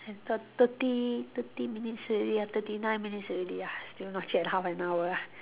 thirt~ thirty thirty minutes already ah thirty nine minutes already ah still not yet half an hour ah